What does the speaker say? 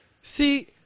See